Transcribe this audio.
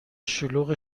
شلوغ